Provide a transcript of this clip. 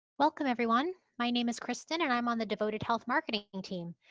welcome, everyone. my name is kristen and i'm on the devoted health marketing team.